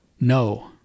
No